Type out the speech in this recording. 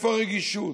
איפה הרגישות?